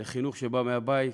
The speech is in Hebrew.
על החינוך שבא מהבית.